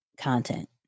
content